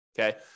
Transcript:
Okay